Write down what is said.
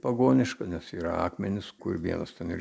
pagoniška nes yra akmenys kur vienas ten ir